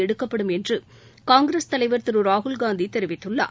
எடுக்கப்படும் என்று காங்கிரஸ் தலைவர் திரு ராகுல்காந்தி தெரிவித்துள்ளார்